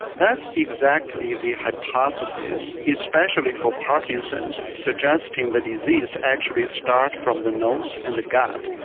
that's exactly the hypothesis, especially for parkinson's, suggesting the disease actually starts from the nose and the gut.